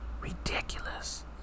ridiculous